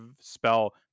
spell